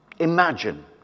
imagine